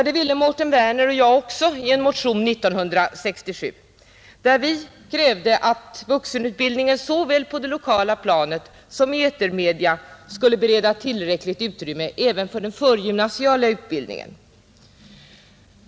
Det ville Mårten Werner och jag också i en motion år 1967, där vi krävde att vuxenutbildningen såväl på det lokala planet som genom etermedia skulle bereda tillräckligt utrymme även för den förgymnasiala utbildningen.